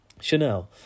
Chanel